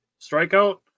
strikeout